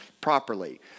properly